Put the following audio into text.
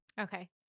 Okay